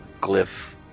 Glyph